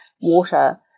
water